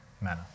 manner